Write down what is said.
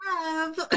love